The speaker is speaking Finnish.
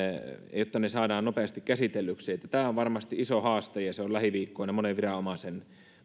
saadaan nopeasti käsitellyksi tämä on varmasti iso haaste ja se on lähiviikkoina monen viranomaisen